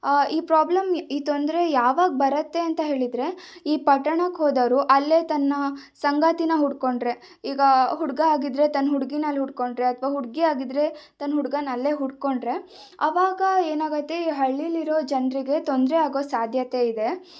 ಈ ಪ್ರಾಬ್ಲಮ್ ಈ ತೊಂದರೆ ಯಾವಾಗ ಬರತ್ತೆ ಅಂತ ಹೇಳಿದರೆ ಈ ಪಟ್ಟಣಕ್ಕೆ ಹೋದವರು ಅಲ್ಲೇ ತನ್ನ ಸಂಗಾತಿನ ಹುಡ್ಕೊಂಡ್ರೆ ಈಗ ಹುಡುಗ ಆಗಿದ್ದರೆ ತನ್ನ ಹುಡುಗೀನ ಅಲ್ಲಿ ಹುಡ್ಕೊಂಡ್ರೆ ಅಥವಾ ಹುಡುಗಿ ಆಗಿದ್ದರೆ ತನ್ನ ಹುಡುಗನ್ನ ಅಲ್ಲೇ ಹುಡ್ಕೊಂಡ್ರೆ ಆವಾಗ ಏನಾಗುತ್ತೆ ಈ ಹಳ್ಳಿಲಿರೋ ಜನರಿಗೆ ತೊಂದರೆ ಆಗೋ ಸಾಧ್ಯತೆ ಇದೆ